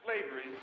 Slavery